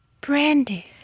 Brandy